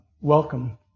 welcome